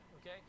okay